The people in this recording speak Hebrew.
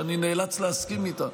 שאני נאלץ להסכים איתה,